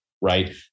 right